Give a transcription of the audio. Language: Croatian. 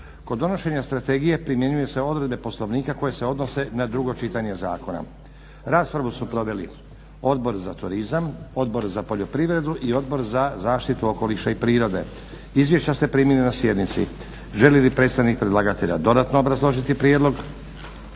Kod donošenja strategije primjenjuju se odredbe Poslovnika koje se odnose na drugo čitanje zakona. Raspravu su proveli Odbor za turizam, Odbor za poljoprivredu i Odbor za zaštitu okoliša i prirode. Izvješća ste primili na sjednici. Želi li predstavnik predlagatelja dodatno obrazložiti prijedlog?